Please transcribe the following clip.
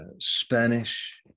Spanish